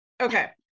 okay